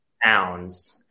Pounds